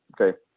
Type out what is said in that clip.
Okay